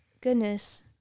goodness